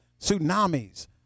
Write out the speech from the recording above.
tsunamis